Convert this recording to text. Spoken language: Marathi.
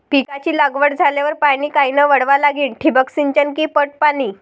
पिकाची लागवड झाल्यावर पाणी कायनं वळवा लागीन? ठिबक सिंचन की पट पाणी?